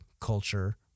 culture